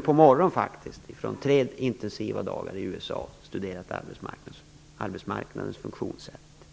kom jag hem efter tre intensiva dagar i USA där jag har studerat arbetsmarknadens funktionssätt.